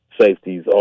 safeties